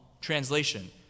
translation